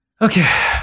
okay